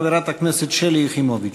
חברת הכנסת שלי יחימוביץ.